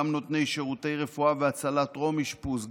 גם נותני שירותי רפואה והצלה טרום אשפוז,